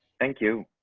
thank you.